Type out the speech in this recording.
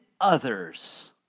others